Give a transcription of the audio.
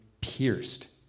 pierced